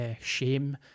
shame